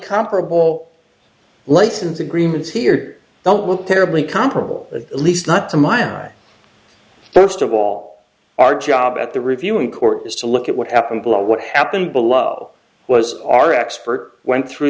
comparable license agreements here don't look terribly comparable at least not to mine our first of all our job at the reviewing court is to look at what happened below what happened below was our expert went through